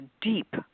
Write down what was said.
deep